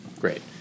Great